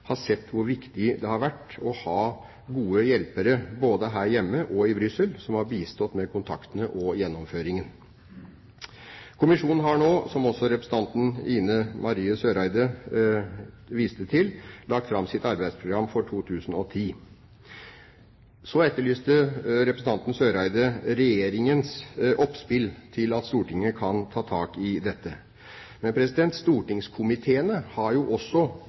har sett hvor viktig det har vært å ha gode hjelpere, både her hjemme og i Brussel, som har bistått med kontaktene og gjennomføringen. Kommisjonen har nå, som også representanten Ine Marie Eriksen Søreide viste til, lagt fram sitt arbeidsprogram for 2010. Så etterlyste representanten Eriksen Søreide Regjeringens oppspill til at Stortinget kan ta tak i dette. Men stortingskomiteene har jo